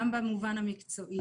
גם במובן המקצועי.